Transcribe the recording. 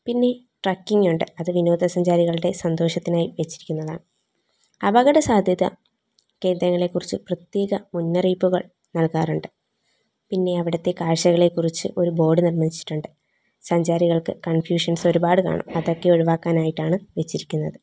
പിന്നെ ട്രക്കിങ് ഉണ്ട് അത് വിനോദസഞ്ചാരികളുടെ സന്തോഷത്തിനായി വെച്ചിരിക്കുന്നതാണ് അപകടസാധ്യത കേന്ദ്രങ്ങളെക്കുറിച്ച് പ്രത്യേക മുന്നറിയിപ്പുകൾ നൽകാറുണ്ട് പിന്നെ അവിടുത്തെ കാഴ്ചകളെ കുറിച്ച് ഒര് ബോർഡ് നിർമ്മിച്ചിട്ടുണ്ട് സഞ്ചാരികൾക്ക് കൺഫ്യൂഷൻസ് ഒരുപാട് കാണും അതൊക്കെ ഒഴിവാക്കാനായിട്ടാണ് വെച്ചിരിക്കുന്നത്